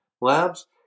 labs